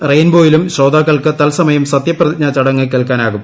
റെയിൻബോയിലും ശ്രോതാക്കൾക്ക് തൽസമയം സത്യപ്രതിജ്ഞാ ചടങ്ങ് കേൾക്കാനാകും